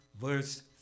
verse